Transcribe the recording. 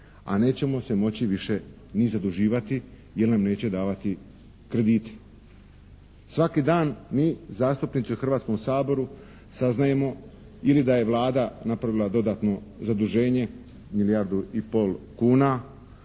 A nećemo se moći ni zaduživati jer nam neće davati kredite. Svaki dan mi zastupnici u Hrvatskom saboru saznajemo ili da je Vlada napravilo dodatno zaduženje, milijardu i pol kuna,